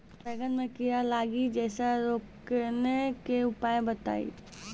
बैंगन मे कीड़ा लागि जैसे रोकने के उपाय बताइए?